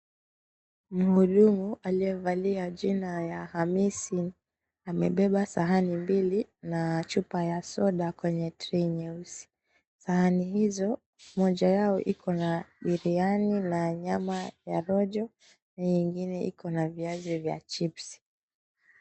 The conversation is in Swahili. Muhudumu aliye valia jina la hamisi amebeba sahani mbili na chupa ya soda kwenye trei nyeusi. Sahani hizo moja yao iko na biriyani na nyengine nyama ya rojo na ingine iko na viazi vya chipsi.